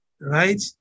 Right